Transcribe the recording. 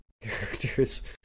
characters